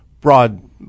broad